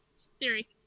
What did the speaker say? theory